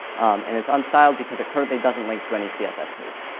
and it's unstyled because it currently doesn't link to any css page.